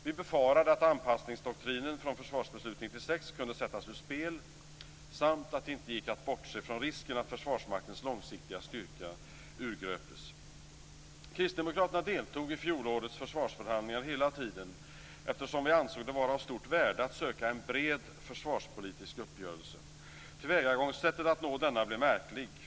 Vi befarade att anpassningsdoktrinen från Försvarsbeslut 96 kunde sättas ur spel samt att det inte gick att bortse från risken att Försvarsmaktens långsiktiga styrka urgröptes. Kristdemokraterna deltog i fjolårets försvarsförhandlingar hela tiden eftersom vi ansåg det vara av stort värde att söka en bred försvarspolitisk uppgörelse. Tillvägagångssättet att nå denna blev märkligt.